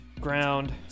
ground